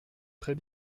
très